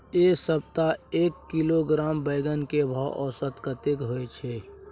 ऐ सप्ताह एक किलोग्राम बैंगन के भाव औसत कतेक होय छै?